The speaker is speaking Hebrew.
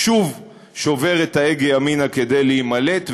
שוב שובר את ההגה ימינה כדי להימלט.